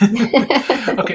Okay